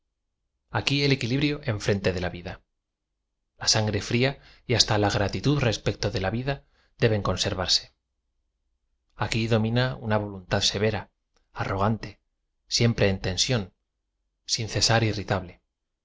i el equilibrio enfrente de la vid a la sangre fría y hasta la gratitud respecto de la vid a deben coaaertarse aquí domina una voluntad severa arrogante siem pre en tensión sin cesar irritable